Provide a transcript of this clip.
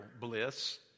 bliss